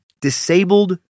disabled